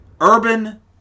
Urban